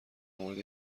مورد